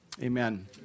Amen